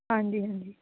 ਹਾਂਜੀ ਹਾਂਜੀ